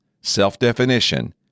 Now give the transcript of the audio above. self-definition